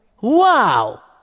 Wow